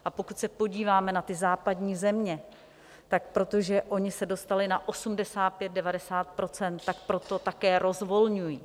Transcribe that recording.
A pokud se podíváme na ty západní země, tak protože oni se dostali na 8590 %, tak proto také rozvolňují.